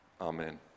Amen